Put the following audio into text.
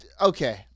okay